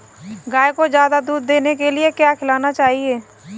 गाय को ज्यादा दूध देने के लिए क्या खिलाना चाहिए?